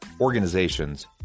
organizations